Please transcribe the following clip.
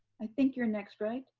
i think you're next, right?